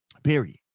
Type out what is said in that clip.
Period